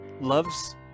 loves